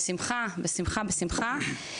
בשמחה, בשמחה, בשמחה.